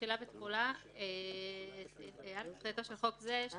תחילה ותחולה 5. תחילתו של חוק זה 12